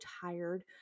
tired